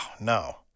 no